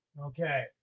okay